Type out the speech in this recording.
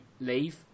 leave